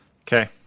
Okay